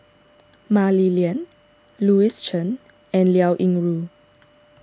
Mah Li Lian Louis Chen and Liao Yingru